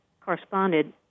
corresponded